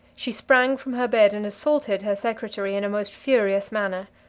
she sprang from her bed and assaulted her secretary in a most furious manner.